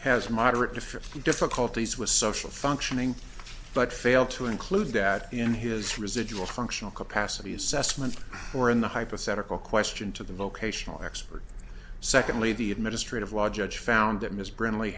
has moderate to fifty difficulties with social functioning but failed to include that in his residual functional capacity assessment or in the hypothetical question to the vocational expert secondly the administrative law judge found that m